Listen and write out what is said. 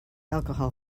alcohol